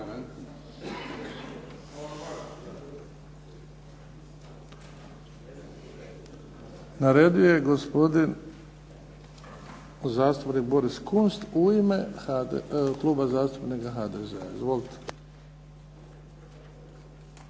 Na redu je gospodin zastupnik Boris Kunst u ime Kluba zastupnika HDZ-a. Izvolite.